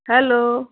hello